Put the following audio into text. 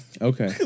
Okay